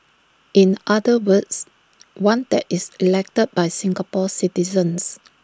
in other words one that is elected by Singapore citizens